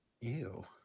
ew